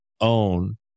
own